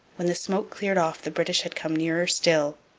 when the smoke cleared off the british had come nearer still.